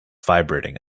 vibrating